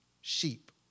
Sheep